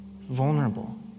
vulnerable